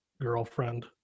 girlfriend